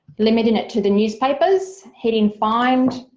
limiting it to the newspapers, hitting find